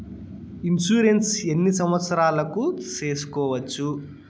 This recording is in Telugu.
ఇన్సూరెన్సు ఎన్ని సంవత్సరాలకు సేసుకోవచ్చు?